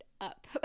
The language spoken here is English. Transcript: up